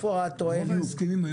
היכן התועלת?